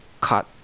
cut